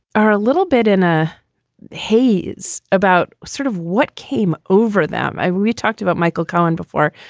are a little bit in a haze about sort of what came over them. i mean we talked about michael cohen before,